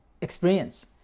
experience